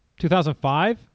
2005